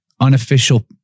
unofficial